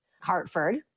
Hartford